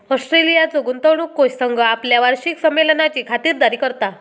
ऑस्ट्रेलियाचो गुंतवणूक कोष संघ आपल्या वार्षिक संमेलनाची खातिरदारी करता